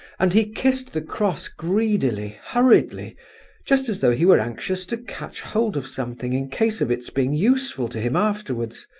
and he kissed the cross greedily, hurriedly just as though he were anxious to catch hold of something in case of its being useful to him afterwards,